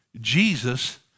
Jesus